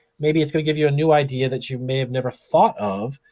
maybe it's gonna give you a new idea that you may have never thought of,